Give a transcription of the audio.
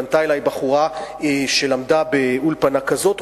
פנתה אלי בחורה שלמדה באולפנה כזאת,